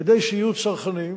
כדי שיהיו צרכנים,